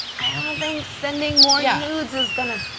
i don't think sending more yeah nudes is going to